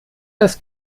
das